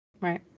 Right